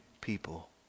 people